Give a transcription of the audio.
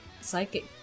psychic